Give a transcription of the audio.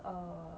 err